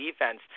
defense